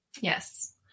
yes